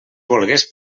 volgués